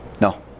No